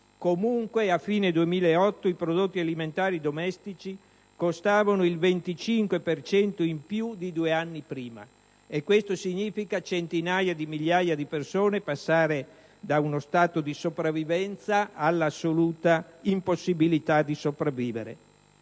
Comunque, a fine 2008 i prodotti alimentari domestici costavano il 25 per cento in più di due anni prima e questo significa per centinaia di migliaia di persone passare da uno stato di sopravvivenza all'assoluta impossibilità di sopravvivere.